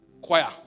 choir